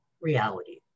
reality